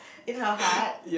if I have heart